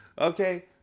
okay